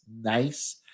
nice